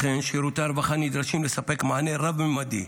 לכן שירותי הרווחה נדרשים לספק מענה רב-ממדי,